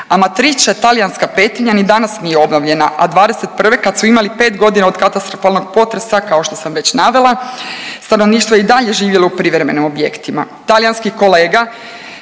Amatrice talijanska Petrinja ni danas nije obnovljena, a '21. kad su imali pet godina od katastrofalnog potresa kao što sam već navela, stanovništvo je i dalje živjelo u privremenim objektima.